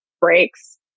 breaks